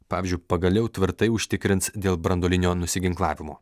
pavyzdžiui pagaliau tvirtai užtikrins dėl branduolinio nusiginklavimo